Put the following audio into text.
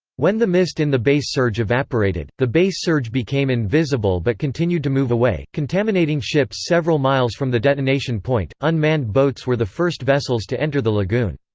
when the mist in the base surge evaporated, the base surge became invisible but continued to move away, contaminating ships several miles from the detonation point unmanned boats were the first vessels to enter the lagoon.